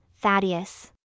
Thaddeus